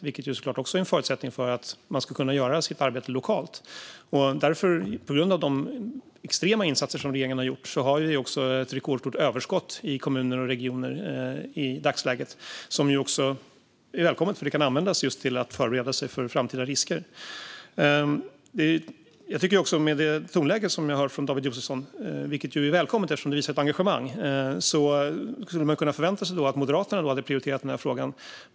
Det är såklart också en förutsättning för att man ska kunna göra sitt arbete lokalt. På grund av de extrema insatser som regeringen har gjort har vi också ett rekordstort överskott i kommuner och regioner i dagsläget. Det är välkommet eftersom det just kan användas till att förbereda sig för framtida risker. Med det tonläge jag hör från David Josefsson - vilket är välkommet, eftersom det visar på engagemang - skulle man kunna förvänta sig att Moderaterna hade prioriterat den här frågan.